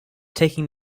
taking